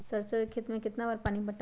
सरसों के खेत मे कितना बार पानी पटाये?